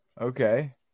Okay